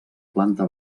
planta